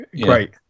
great